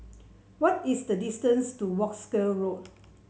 what is the distance to Wolskel Road